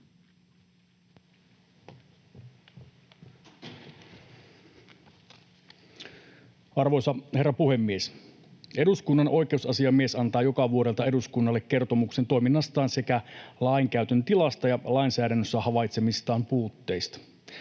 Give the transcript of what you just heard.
Arvoisa herra puhemies! Eduskunnan oikeusasiamies antaa joka vuodelta eduskunnalle kertomuksen toiminnastaan sekä lainkäytön tilasta ja lainsäädännössä havaitsemistaan puutteista.